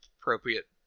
appropriate